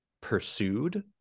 pursued